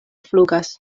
flugas